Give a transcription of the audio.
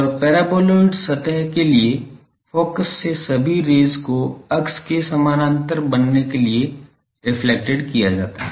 और पैराबोलॉइड सतह के लिए फोकस से सभी रेज़ को अक्ष के समानांतर बनने के लिए रिफ्लेक्टेड किया जाता है